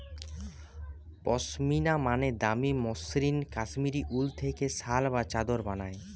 পশমিনা মানে দামি মসৃণ কাশ্মীরি উল থেকে শাল বা চাদর বানায়